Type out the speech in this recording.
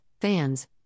fans